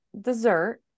dessert